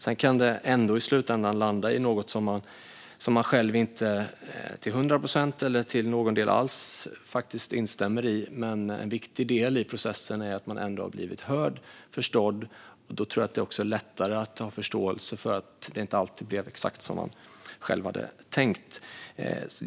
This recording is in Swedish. Sedan kan det i slutändan ändå landa i något som man själv inte till hundra procent - eller faktiskt till någon del alls - instämmer i, men en viktig del i processen är att man har blivit hörd och förstådd. Då tror jag att det är lättare att ha förståelse för att det inte alltid blir exakt som man själv hade tänkt.